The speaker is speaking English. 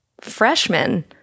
freshmen